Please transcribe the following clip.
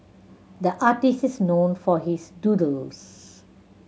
the artist is known for his doodles